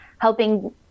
helping